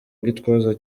gitwaza